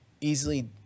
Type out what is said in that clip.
easily